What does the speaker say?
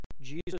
Jesus